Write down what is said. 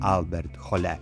albert hole